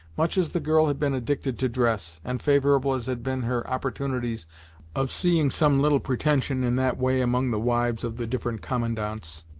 much as the girl had been addicted to dress, and favorable as had been her opportunities of seeing some little pretension in that way among the wives of the different commandants,